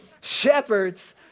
shepherds